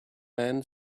men